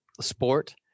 sport